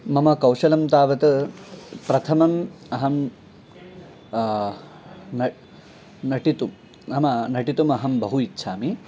मम कौशलं तावत् प्रथमम् अहं न नटितुं नाम नटितुमहं बहु इच्छामि